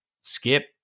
skip